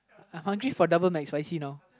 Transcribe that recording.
I hungry for Double McSpicy now